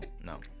no